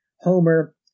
Homer